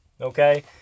Okay